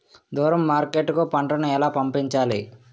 దూరం మార్కెట్ కు పంట ను ఎలా పంపించాలి?